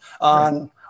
on